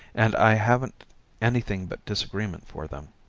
and i haven't anything but disagreement for them.